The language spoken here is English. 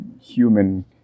human